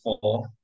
four